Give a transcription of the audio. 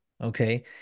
okay